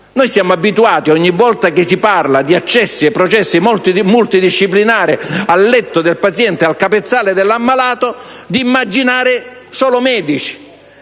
Siamo abituati, ogni volta che si parla di accessi ai processi multidisciplinari, al letto del paziente, al capezzale dell'ammalato, ad immaginare solo medici.